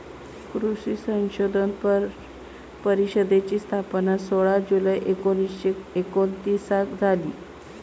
कृषी संशोधन परिषदेची स्थापना सोळा जुलै एकोणीसशे एकोणतीसाक झाली